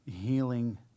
healing